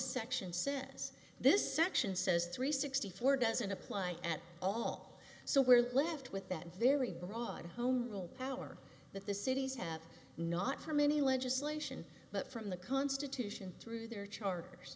section says this section says three sixty four doesn't apply at all so we're left with that very broad home rule power that the cities have not from any legislation but from the constitution through their charters